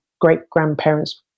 great-grandparents